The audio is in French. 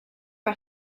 par